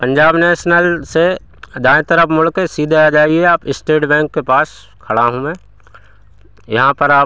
Punjab national से दाएँ तरफ मुड़कर सीधे आ जाइए आप इस्टेट बैंक के पास खड़ा हूँ मैं यहाँ पर आप